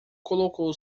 colocou